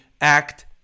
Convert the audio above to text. act